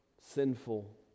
sinful